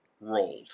rolled